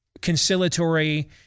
conciliatory